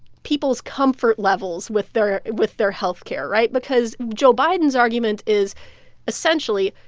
people's comfort levels with their with their health care, right? because joe biden's argument is essentially,